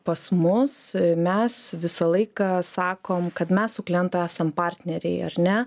pas mus mes visą laiką sakom kad mes su klientu esam partneriai ar ne